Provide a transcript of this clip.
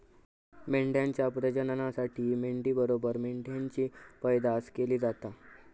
मेंढ्यांच्या प्रजननासाठी मेंढी बरोबर मेंढ्यांची पैदास केली जाता